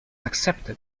accepted